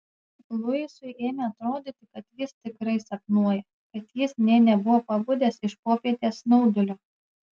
luisui ėmė atrodyti kad jis tikrai sapnuoja kad jis nė nebuvo pabudęs iš popietės snaudulio